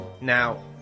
Now